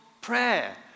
prayer